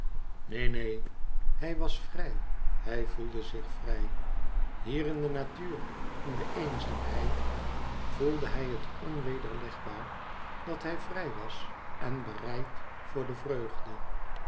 neen neen hij was vrij hij voelde zich vrij hier in de natuur in de eenzaamheid voelde hij het onwederlegbaar dat hij vrij was en bereid voor de vreugde